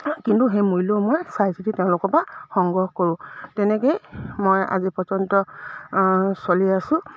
কিন্তু সেই মূল্যও মই চাই চিতি তেওঁলোকৰ পৰা সংগ্ৰহ কৰোঁ তেনেকেই মই আজি পৰ্যন্ত চলি আছোঁ